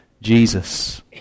Jesus